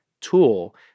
tool